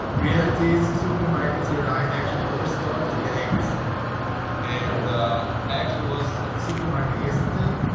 realities supermarkets here i actually overstock to get everything and actually was at the supermarket yesterday.